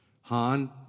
Han